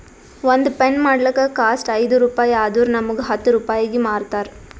ಒಂದ್ ಪೆನ್ ಮಾಡ್ಲಕ್ ಕಾಸ್ಟ್ ಐಯ್ದ ರುಪಾಯಿ ಆದುರ್ ನಮುಗ್ ಹತ್ತ್ ರೂಪಾಯಿಗಿ ಮಾರ್ತಾರ್